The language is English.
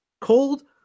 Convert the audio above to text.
cold